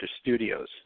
Studios